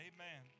Amen